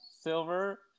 silver